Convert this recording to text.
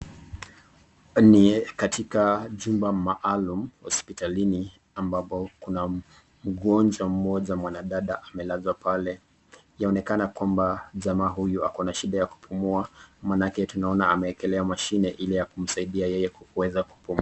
Hapa ni katika jumba maalum hospitalini ambapo kuna mgonjwa moja mwana dada amelazwa pale, yaonekana kwamba jamaa huyu ako na shida ya kupumua, manaake tunaona kwamba ameekelea mashini ili kumsaidia yeye kuweza kupumua.